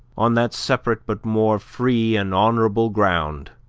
on that separate but more free and honorable ground,